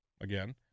again